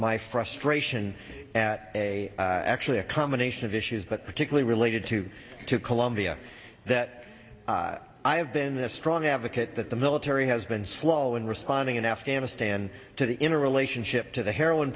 my frustration at a actually a combination of issues but particularly related to to colombia that i have been a strong advocate that the military has been slow in responding in afghanistan to the in a relationship to the heroin